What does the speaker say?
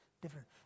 different